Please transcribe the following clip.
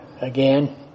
again